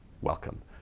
welcome